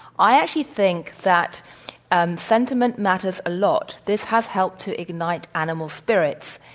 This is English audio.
i actually think that and sentiment matters a lot. this has helped to ignite animal spirits.